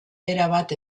erabat